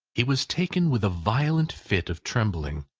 he was taken with a violent fit of trembling.